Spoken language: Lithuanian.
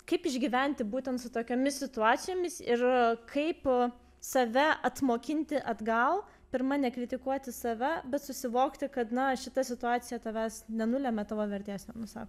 kaip išgyventi būtent su tokiomis situacijomis ir kaip save atmokinti atgal pirma nekritikuoti save bet susivokti kad na šita situacija tavęs nenulemia tavo vertės nenusako